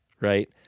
right